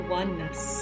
oneness